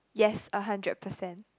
yes a hundred percent